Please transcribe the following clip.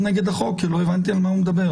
נגד החוק כי לא הבנתי על מה הוא מדבר.